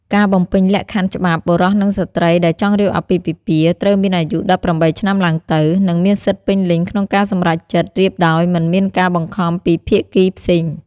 ការបំពេញលក្ខខណ្ឌច្បាប់បុរសនិងស្ត្រីដែលចង់រៀបអាពាហ៍ពិពាហ៍ ត្រូវមានអាយុ១៨ឆ្នាំឡើងទៅ និងមានសិទ្ធិពេញលេញក្នុងការសម្រេចចិត្ត រៀបដោយមិនមានការបង្ខំពីភាគីផ្សេង។